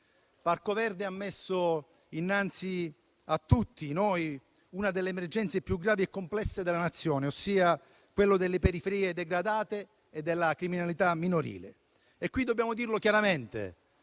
Parco Verde ha messo innanzi a tutti noi una delle emergenze più gravi e complesse della nazione, ossia quello delle periferie degradate e della criminalità minorile. Al riguardo dobbiamo dire chiaramente